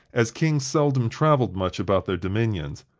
as kings seldom traveled much about their dominions,